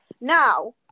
Now